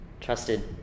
trusted